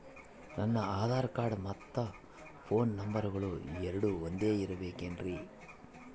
ನನ್ನ ಆಧಾರ್ ಕಾರ್ಡ್ ಮತ್ತ ಪೋನ್ ನಂಬರಗಳು ಎರಡು ಒಂದೆ ಇರಬೇಕಿನ್ರಿ?